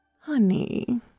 Honey